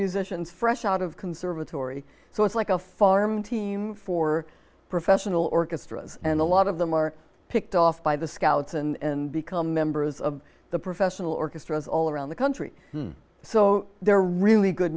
musicians fresh out of conservatory so it's like a farm team for professional orchestras and a lot of them are picked off by the scouts and become members of the professional orchestras all around the country so they're really good